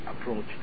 approach